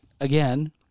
again